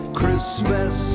Christmas